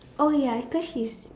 oh ya cause she's